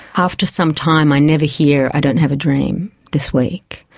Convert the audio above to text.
after some time i never hear, i don't have a dream this week.